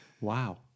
Wow